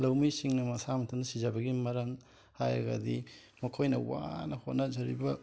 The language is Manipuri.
ꯂꯧꯃꯤꯁꯤꯡꯅ ꯃꯁꯥ ꯃꯊꯟꯇ ꯁꯤꯖꯕꯒꯤ ꯃꯔꯝ ꯍꯥꯏꯔꯒꯗꯤ ꯃꯈꯣꯏꯅ ꯋꯥꯅ ꯍꯣꯠꯅꯖꯔꯤꯕ